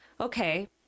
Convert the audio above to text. okay